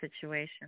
situation